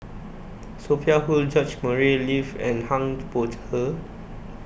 Sophia Hull George Murray and